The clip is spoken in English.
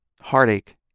heartache